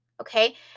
Okay